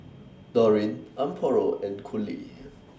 Dorine Amparo and Coley